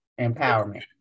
empowerment